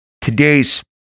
Today's